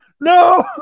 no